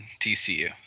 TCU